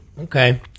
Okay